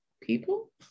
people